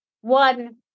one